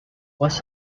was